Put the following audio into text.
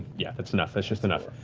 yeah, that's enough. that's just enough.